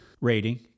Rating